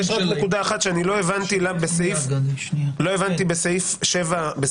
יש עוד נקודה אחת שלא הבנתי, בסעיף העונשין.